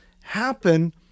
happen